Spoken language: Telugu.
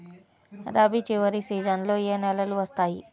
రబీ చివరి సీజన్లో ఏ నెలలు వస్తాయి?